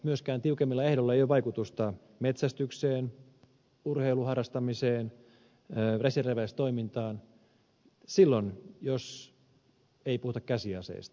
myöskään tiukemmilla ehdoilla ei ole vaikutusta metsästykseen urheilun harrastamiseen reserviläistoimintaan silloin jos ei puhuta käsiaseista